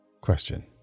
Question